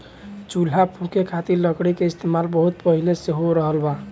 चूल्हा फुके खातिर लकड़ी के इस्तेमाल बहुत पहिले से हो रहल बा